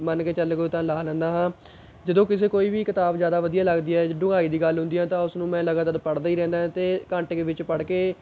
ਮੰਨ ਕੇ ਚੱਲ ਲਉ ਤਾਂ ਲਾਹਾ ਲੈਂਦਾ ਹਾਂ ਜਦੋਂ ਕਿਸੇ ਕੋਈ ਵੀ ਕਿਤਾਬ ਜ਼ਿਆਦਾ ਵਧੀਆ ਲੱਗਦੀ ਹੈ ਡੁੰਘਾਈ ਦੀ ਗੱਲ ਹੁੰਦੀ ਹੈ ਤਾਂ ਉਸਨੂੰ ਮੈਂ ਲਗਾਤਾਰ ਪੜ੍ਹਦਾ ਹੀ ਰਹਿੰਦਾ ਹੈ ਅਤੇ ਘੰਟੇ ਕੁ ਵਿੱਚ ਪੜ੍ਹ ਕੇ